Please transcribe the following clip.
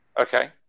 okay